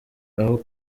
aho